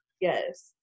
Yes